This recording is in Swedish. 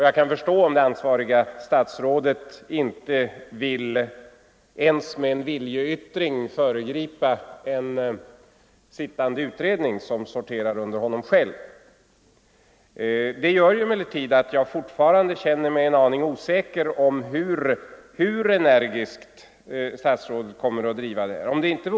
Jag kan förstå om det ansvariga statsrådet inte ens med en viljeyttring vill föregripa en sittande utredning som sorterar under honom själv. Det gör emellertid att jag fortfarande känner mig en aning osäker om hur energiskt statsrådet kommer att driva den här frågan.